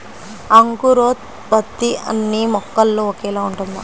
అంకురోత్పత్తి అన్నీ మొక్కలో ఒకేలా ఉంటుందా?